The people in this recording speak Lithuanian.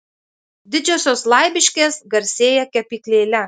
didžiosios laibiškės garsėja kepyklėle